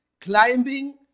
climbing